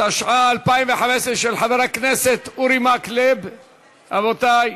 התשע"ה 2015, של חבר הכנסת אורי מקלב, רבותי,